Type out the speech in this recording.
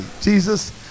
Jesus